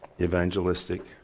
evangelistic